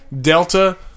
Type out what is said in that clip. Delta